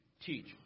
teach